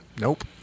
Nope